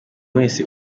wese